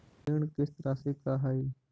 ऋण किस्त रासि का हई?